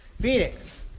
Phoenix